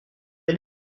quel